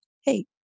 hey